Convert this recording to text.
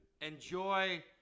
Enjoy